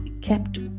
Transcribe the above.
kept